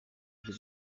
ibyo